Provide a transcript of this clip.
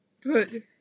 Good